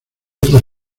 otros